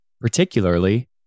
particularly